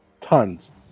Tons